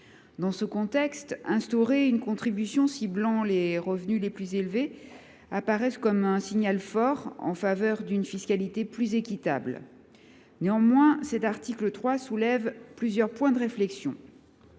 Dans ce contexte, instaurer une contribution ciblant les revenus les plus élevés apparaît comme un signal fort en faveur d’une fiscalité plus équitable. Néanmoins, cet article 3 soulève plusieurs points de réflexion.